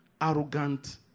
arrogant